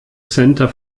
center